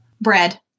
Bread